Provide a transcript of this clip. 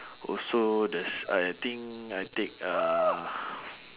also the s~ I think I take uh